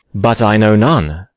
but i know none,